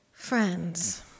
Friends